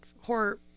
horror